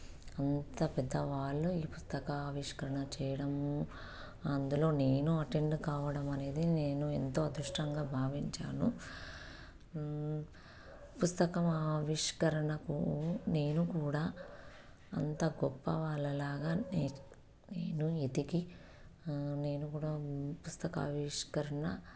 అంత పెద్దవాళ్ళు ఈ పుస్తక ఆవిష్కరణ చేయడము అందులో నేను అటెండ్ కావడం అనేది నేను ఎంతో అదృష్టంగా భావించాను పుస్తకం ఆవిష్కరణకు నేను కూడా అంత గొప్ప వాళ్ళలాగా నే నేను ఎదిగి నేను కూడా పుస్తకావిష్కరణ